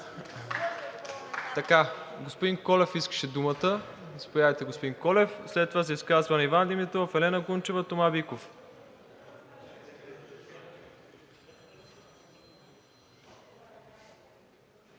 Господин Колев искаше думата. Заповядайте, господин Колев. След това за изказване Иван Димитров, Елена Гунчева, Тома Биков.